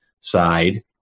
side